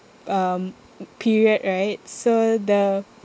um mm period right so the